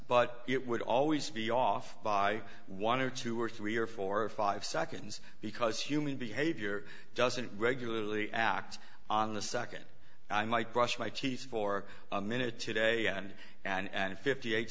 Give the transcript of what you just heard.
but it would always be off by one or two or three or four or five seconds because human behavior doesn't regularly act on the nd i might brush my teeth for a minute today and and fifty eight